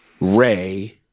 Ray